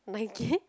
Nike